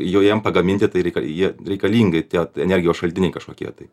jo jiem pagaminti tai reika jie reikalingi tie energijos šaltiniai kažkokie tai